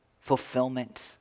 fulfillment